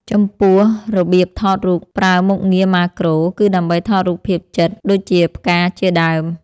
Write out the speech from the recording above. ចំពោះរបៀបថតរូបប្រើមុខងារម៉ាក្រូ គឺដើម្បីថតរូបភាពជិត ដូចជាផ្កាជាដើម។